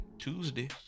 tuesday